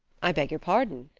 i beg your pardon,